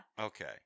Okay